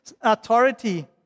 authority